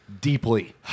deeply